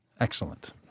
Excellent